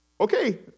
okay